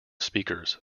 speakers